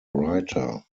writer